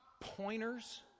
pointers